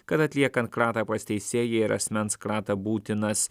kad atliekant kratą pas teisėją ir asmens kratą būtinas